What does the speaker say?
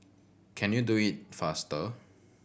can you do it faster